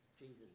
Jesus